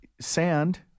sand